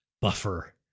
buffer